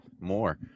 more